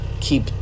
keep